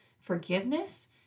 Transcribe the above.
forgiveness